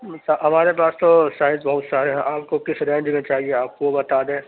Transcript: اچھا ہمارے پاس تو سائز بہت سارے ہیں آپ کو کس رینج میں چاہیے آپ وہ بتا دیں